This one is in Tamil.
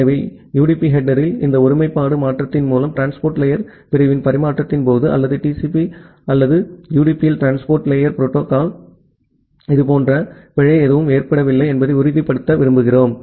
எனவே யுடிபி ஹெட்டெர்ல் இந்த ஒருமைப்பாடு மாற்றத்தின் மூலம் டிரான்ஸ்போர்ட் லேயர் பிரிவின் பரிமாற்றத்தின் போது அல்லது டிசிபி அல்லது யுடிபியில் டிரான்ஸ்போர்ட் லேயர் டேட்டாகிராமில் இதுபோன்ற பிழை எதுவும் ஏற்படவில்லை என்பதை உறுதிப்படுத்த விரும்புகிறோம்